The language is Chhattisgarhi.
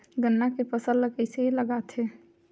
गन्ना के फसल ल कइसे लगाथे?